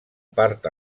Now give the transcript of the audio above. part